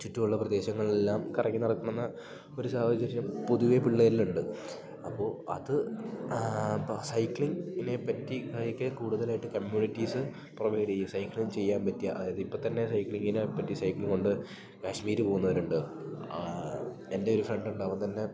ചുറ്റുവുള്ള പ്രദേശങ്ങളിലെല്ലാം കറങ്ങി നടക്കുന്ന ഒരു സാഹചര്യം പൊതുവെ പിള്ളേരിലുണ്ട് അപ്പോൾ അത് ഇപ്പം സൈക്ലിംഗിനെപ്പറ്റി എനിക്ക് കൂട്തലായിട്ട് കമ്മ്യൂണിറ്റീസ് പ്രൊവൈഡ് ചെയ്യും സൈക്ലിംഗ് ചെയ്യാൻ പറ്റിയ അതായത് ഇപ്പം തന്നെ സൈക്ലിങ്ങിനെപ്പറ്റി സൈക്കിള് കൊണ്ട് കാശ്മീര് പോകുന്നവരുണ്ട് എൻ്റെ ഒരു ഫ്രണ്ടൊണ്ട് അവൻ തന്നെ